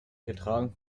getragen